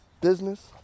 business